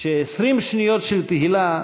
ש-20 שניות של תהילה